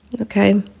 Okay